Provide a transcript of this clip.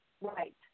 Right